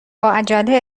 عجله